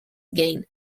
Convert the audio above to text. gain